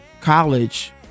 college